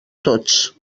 tots